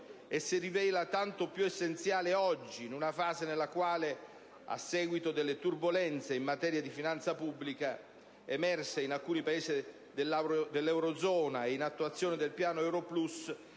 e si rivela tanto più essenziale oggi, in una fase nella quale, a seguito delle turbolenze in materia di finanza pubblica emerse in alcuni Paesi dell'eurozona in attuazione del Patto euro plus,